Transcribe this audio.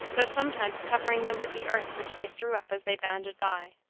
though sometimes covering them with the earth which they threw up as they bounded by.